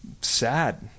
Sad